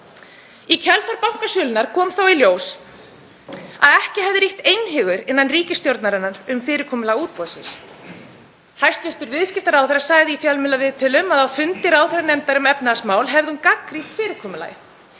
Í kjölfar bankasölunnar kom þó í ljós að ekki hefði ríkt einhugur innan ríkisstjórnarinnar um fyrirkomulag útboðsins. Hæstv. viðskiptaráðherra sagði í fjölmiðlaviðtölum að á fundi ráðherranefndar um efnahagsmál hefði hún gagnrýnt fyrirkomulagið,